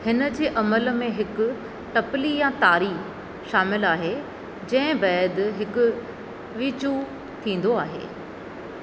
हिन जे अमल में हिकु टपली या ताड़ी शामिलु आहे जंहिं बैदि हिकु वीचू थींदो आहे